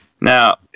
now